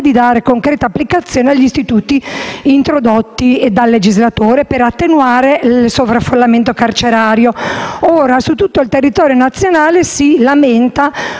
introdotti dal legislatore per attenuare il sovraffollamento carcerario. Ora, su tutto il territorio nazionale si lamenta una situazione di gravissimo disagio,